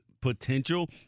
potential